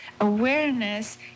awareness